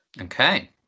Okay